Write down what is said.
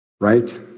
Right